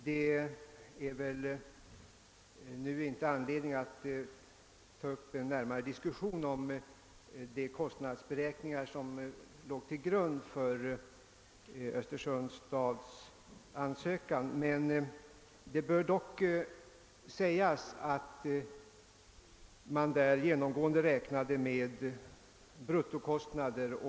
Det är väl inte nu anledning att ta upp en närmare diskussion om de kostnadsberäkningar som låg till grund för Östersunds stads ansökan, men det bör dock framhållas att man i detta sammanhang genomgående räknade med bruttokostnader.